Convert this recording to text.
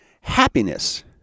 Happiness